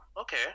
okay